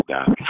God